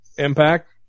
Impact